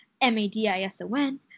M-A-D-I-S-O-N